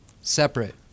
Separate